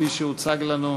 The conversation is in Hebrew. כפי שהוצג לנו,